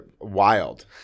wild